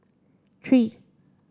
three